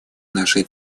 нашей